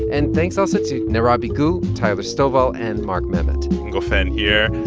and thanks, also, to nera bigoo, tyler stovall and mark memmott ngofeen here.